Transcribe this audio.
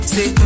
Say